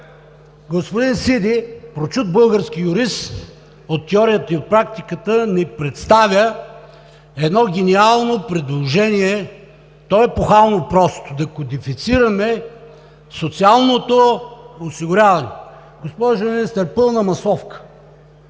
господин Сиди – прочут български юрист, от теорията и практиката ни представя едно гениално предложение. То е епохално просто – да кодифицираме социалното осигуряване. Госпожо Министър, пълна масовка,